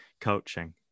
coaching